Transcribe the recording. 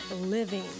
living